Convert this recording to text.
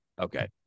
Okay